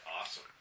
awesome